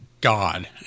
God